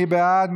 מי בעד?